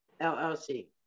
LLC